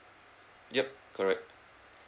ya correct